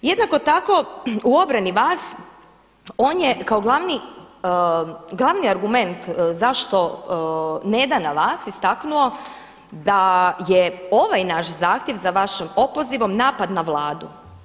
Jednako tako u obrani vas on je kao glavni argument zašto ne da na vas istaknuo da je ovaj naš zahtjev za vašim opozivom napad na Vladu.